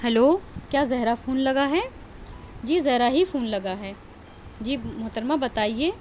hello کیا Zahra phone لگا ہے جی زہرا ہی فون لگا ہے جی محترمہ بتائیے